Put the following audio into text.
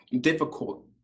difficult